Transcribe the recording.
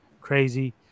crazy